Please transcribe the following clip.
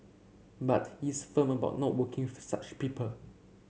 but he is firm about no working with such people